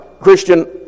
Christian